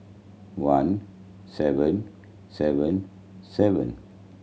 one seven seven seven